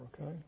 okay